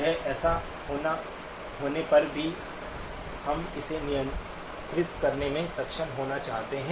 या ऐसा होने पर भी हम इसे नियंत्रित करने में सक्षम होना चाहते हैं